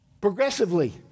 progressively